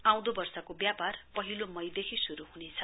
आउँदो वर्षको व्यापार पहिलो मईदेखि शुरु हुनेछ